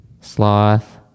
Sloth